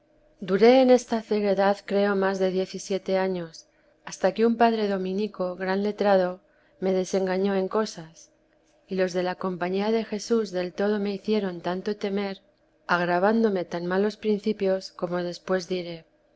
duré en esta ceguedad creo más de diez y siete años hasta que un padre dominico gran letrado me desengañó en cosas y los de la compañía de jesús del todo me hicieron tanto temer agravándome tan malos principios como después diré